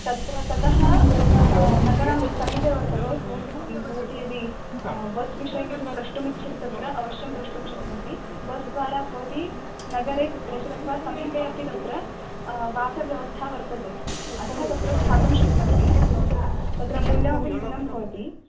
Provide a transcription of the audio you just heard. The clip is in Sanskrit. तत्र ततः नगरं समीपे वर्तते भवती यदि बस् विषये किञ्चित् पृष्टुमिच्छति तत्र अवश्यं पृष्टुं शक्नोति बस् द्वारा भवती नगरे कुत्रचित् अथवा समीपे अपि तत्र वासव्यवस्था वर्तते अतः तत्र स्थातुं शक्नोति तत्र मूल्यमपि न्यूनं भवति